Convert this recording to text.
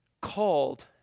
called